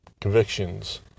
convictions